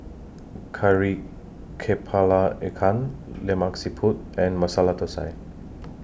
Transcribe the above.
Kari Kepala Ikan Lemak Siput and Masala Thosai